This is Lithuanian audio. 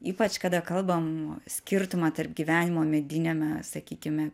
ypač kada kalbam skirtumą tarp gyvenimo mediniame sakykime